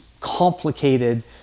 complicated